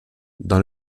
dans